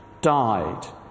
died